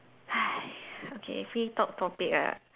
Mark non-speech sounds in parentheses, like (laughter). (breath) okay free talk topic ah